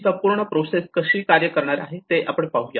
ही संपूर्ण प्रोसेस कशी कार्य करणार आहे ते आपण पाहूया